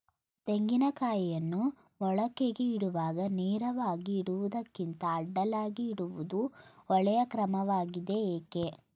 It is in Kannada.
ತೆಂಗಿನ ಕಾಯಿಯನ್ನು ಮೊಳಕೆಗೆ ಇಡುವಾಗ ನೇರವಾಗಿ ಇಡುವುದಕ್ಕಿಂತ ಅಡ್ಡಲಾಗಿ ಇಡುವುದು ಒಳ್ಳೆಯ ಕ್ರಮವಾಗಿದೆ ಏಕೆ?